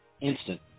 Instant